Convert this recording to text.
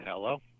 Hello